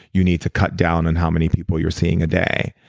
you need to cut down on how many people you're seeing a day.